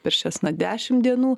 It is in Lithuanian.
per šias na dešim dienų